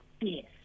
Yes